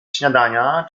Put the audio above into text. śniadania